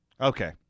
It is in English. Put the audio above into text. Okay